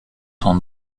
sont